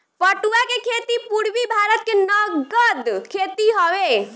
पटुआ के खेती पूरबी भारत के नगद खेती हवे